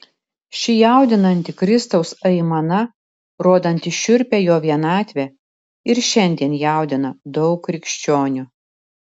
ši jaudinanti kristaus aimana rodanti šiurpią jo vienatvę ir šiandien jaudina daug krikščionių